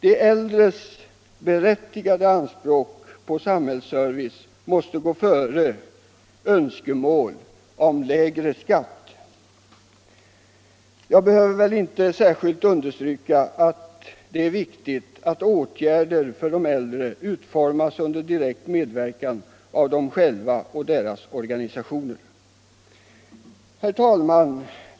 'De äldres berättigade anspråk på samhällsservice måste gå före önskemål om lägre skatt. Jag behöver väl inte särskilt understryka att det är viktigt att åtgärder för de äldre utformas under direkt medverkan av dem själva och deras organisationer. Herr talman!